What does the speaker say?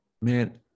man